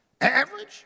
Average